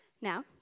Now